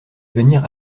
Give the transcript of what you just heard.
venir